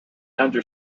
under